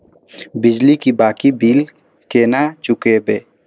बिजली की बाकी बील केना चूकेबे?